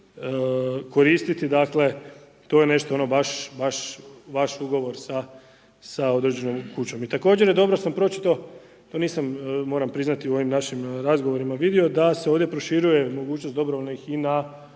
koristiti, dakle to je nešto ono baš, baš vaš ugovor sa određenom kućom. I također je dobro što sam pročito, to nisam moram priznati u ovim našim razgovorima vidio da se ovdje proširuje mogućnost dobrovoljnih i na